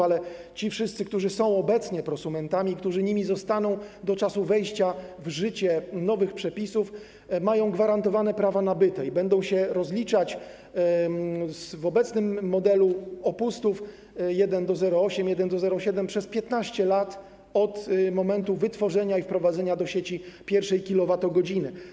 Ale ci wszyscy, którzy są obecnie prosumentami i którzy nimi zostaną, do czasu wejścia w życie nowych przepisów mają gwarantowane prawa nabyte i będą się rozliczać w obecnym modelu opustów, 1:0,8, 1:0,7, przez 15 lat od momentu wytworzenia i wprowadzenia do sieci pierwszej kilowatogodziny.